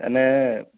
যেনে